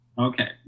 Okay